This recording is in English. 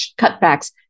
cutbacks